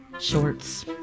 Shorts